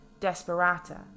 desperata